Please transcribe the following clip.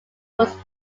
was